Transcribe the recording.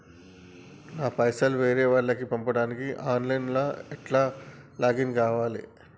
నా పైసల్ వేరే వాళ్లకి పంపడానికి ఆన్ లైన్ లా ఎట్ల లాగిన్ కావాలి?